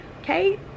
Okay